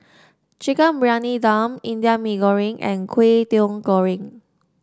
Chicken Briyani Dum Indian Mee Goreng and Kway Teow Goreng